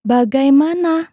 Bagaimana